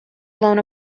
blown